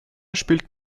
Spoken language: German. spielten